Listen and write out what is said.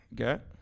Okay